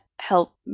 help